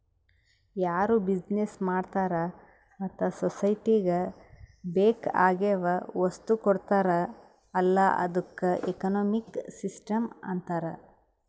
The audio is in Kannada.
ಯಾರು ಬಿಸಿನೆಸ್ ಮಾಡ್ತಾರ ಮತ್ತ ಸೊಸೈಟಿಗ ಬೇಕ್ ಆಗಿವ್ ವಸ್ತು ಕೊಡ್ತಾರ್ ಅಲ್ಲಾ ಅದ್ದುಕ ಎಕನಾಮಿಕ್ ಸಿಸ್ಟಂ ಅಂತಾರ್